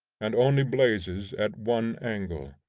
and only blazes at one angle.